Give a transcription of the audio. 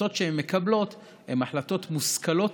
וההחלטות שהן מקבלות הן החלטות מושכלות